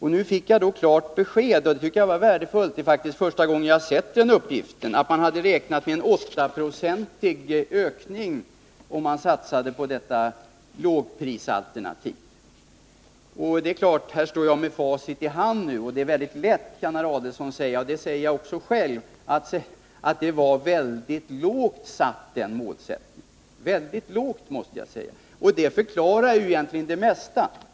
Jag fick nu klart besked — och det tycker jag var värdefullt; det är första gången jag sett den uppgiften — att man räknade med en 8-procentig ökning om man satsade på lågprisalternativet. Här står jag nu med facit i handen, och det är väldigt lätt, kan herr Adelsohn säga — och det säger jag också själv — att i efterhand säga att den målsättningen var mycket lågt satt.